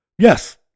Yes